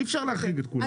אי אפשר להחריג את כולם.